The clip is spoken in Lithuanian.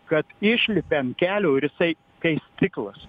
kad išlipi ant kelių ir jisai kai stiklas